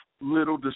little